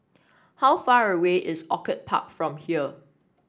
how far away is Orchid Park from here